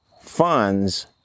funds